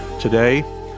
Today